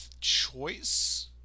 choice